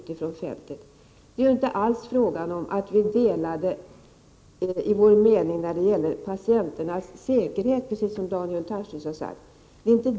Vidare är det inte alls så, att vi har delade meningar när det gäller patienternas säkerhet — precis som Daniel Tarschys har sagt.